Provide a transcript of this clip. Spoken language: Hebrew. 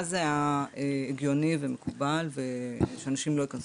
ואז זה היה הגיוני ומקובל שאנשים לא ייכנסו.